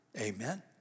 Amen